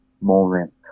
moment